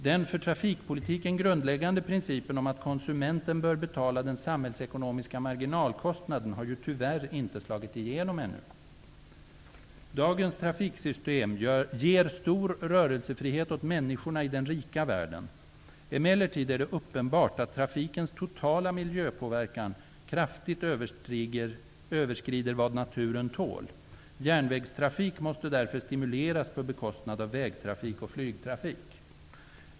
Den för trafikpolitiken grundläggande principen om att konsumenten bör betala den samhällsekonomiska marginalkostnaden har ju tyvärr inte slagit igenom ännu. Dagens trafiksystem ger stor rörelsefrihet åt människorna i den rika världen. Emellertid är det uppenbart att trafikens totala miljöpåverkan kraftigt överskrider vad naturen tål. Järnvägstrafik måste därför stimuleras på bekostnad av vägtrafik och flygtrafik.